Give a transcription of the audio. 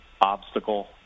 obstacle